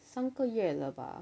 三个月了吧